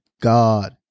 God